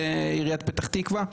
בעיריית פתח תקווה,